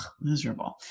Miserable